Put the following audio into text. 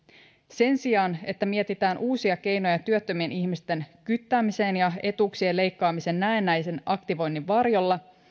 sen sijaan että mietitään uusia keinoja työttömien ihmisten kyttäämiseen ja etuuksien leikkaamiseen näennäisen aktivoinnin varjolla